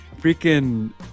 freaking